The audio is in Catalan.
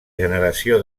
generació